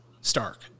Stark